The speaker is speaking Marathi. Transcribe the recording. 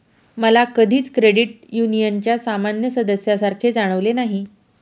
मला कधीच क्रेडिट युनियनच्या सामान्य सदस्यासारखे जाणवले नाही